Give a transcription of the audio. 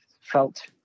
felt